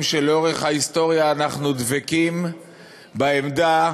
שלאורך ההיסטוריה אנחנו דבקים בעמדה